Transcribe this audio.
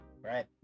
right